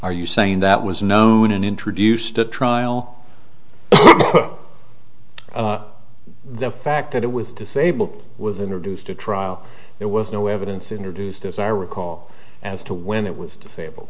are you saying that was known and introduced at trial the fact that it was disabled was introduced to trial there was no evidence introduced as i recall as to when it was disabled